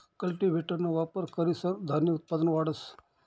कल्टीव्हेटरना वापर करीसन धान्य उत्पादन वाढस